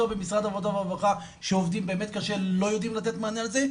במשרד העבודה והרווחה שעובדים באמת קשה לא יודעים לתת מענה על זה.